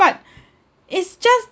but is just